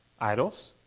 idols